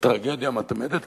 בטרגדיה מתמדת,